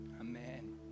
Amen